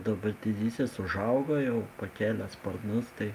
dabar didysis užaugo jau pakėlė sparnus tai